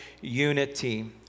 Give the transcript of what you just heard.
Unity